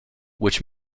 which